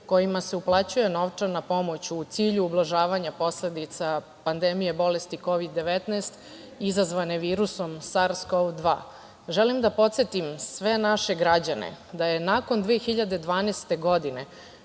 kojima se uplaćuje novčana pomoć u cilju ublažavanja posledica pandemije bolesti Kovid 19, izazvane virusom Sars kov 2.Želim da podsetim sve naše građane da je nakon 2012. godine